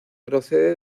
procede